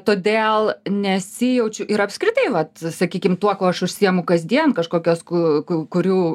todėl nesijaučiau ir apskritai vat sakykim tuo kuo aš užsiimu kasdien kažkokios ku ku kuriu